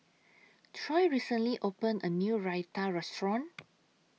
Troy recently opened A New Raita Restaurant